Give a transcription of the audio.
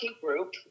group